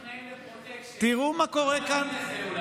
לא נכנעים לפרוטקשן, אולי.